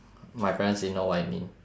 my parents didn't know what it mean